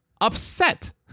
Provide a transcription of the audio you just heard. upset